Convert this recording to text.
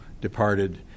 departed